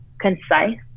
concise